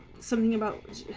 something about